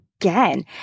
again